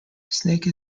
snake